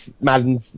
Madden